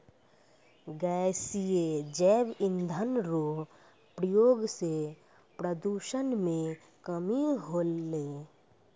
गैसीय जैव इंधन रो प्रयोग से प्रदूषण मे कमी होलै